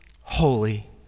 holy